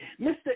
Mr